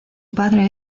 padre